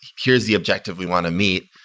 here's the objective we want to meet.